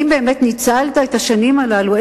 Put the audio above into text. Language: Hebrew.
האם באמת ניצלת את השנים הללו,